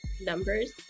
numbers